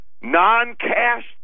Non-cash